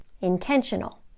Intentional